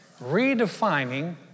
Redefining